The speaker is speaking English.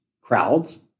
Crowds